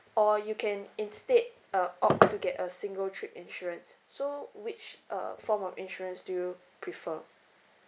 or you can instead uh opt to get a single trip insurance so which uh form of insurance do you prefer